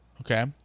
Okay